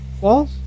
walls